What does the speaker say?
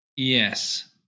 Yes